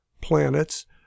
planets